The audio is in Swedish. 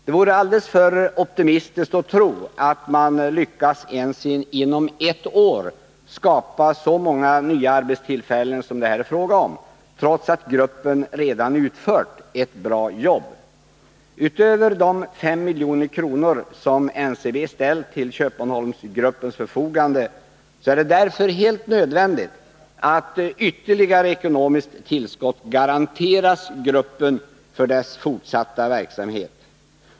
Det vore alltför optimistiskt att tro att man lyckas ens inom ett år skapa så många nya arbetstillfällen som det är fråga om här, trots att gruppen redan utfört ett bra jobb. Utöver de 5 milj.kr. som NCB ställt till Köpmanholmsgruppens förfogande är det därför helt nödvändigt att ytterligare ekonomiskt tillskott garanteras gruppen för dess fortsatta verksamhet.